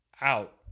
out